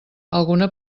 alguna